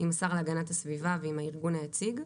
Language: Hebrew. עם השר להגנת הסביבה ועם הארגון היציג,